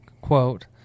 quote